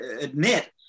admit